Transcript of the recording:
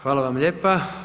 Hvala vam lijepa.